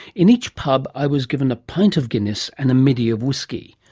in each pub i was given a pint of guiness and a middy of whiskey.